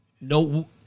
No